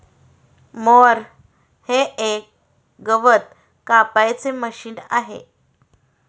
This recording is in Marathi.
मोअर हे एक गवत कापायचे मशीन आहे